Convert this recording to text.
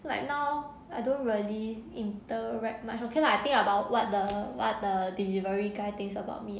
like now I don't really interact much okay lah I think about what the what the delivery guy think about me